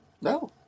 No